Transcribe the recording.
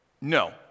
No